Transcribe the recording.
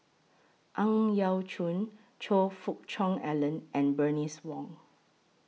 Ang Yau Choon Choe Fook Cheong Alan and Bernice Wong